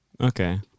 Okay